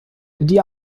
die